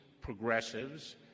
progressives